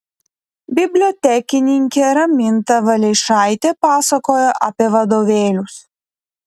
bibliotekininkė raminta valeišaitė pasakojo apie vadovėlius